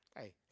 Hey